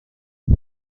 فقط